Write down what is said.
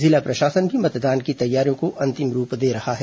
जिला प्रशासन भी मतदान की तैयारियों को अंतिम रूप दे रहा है